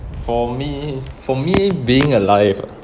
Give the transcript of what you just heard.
for me for me being alive ah